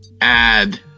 add